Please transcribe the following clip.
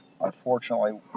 Unfortunately